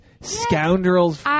scoundrel's